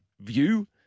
view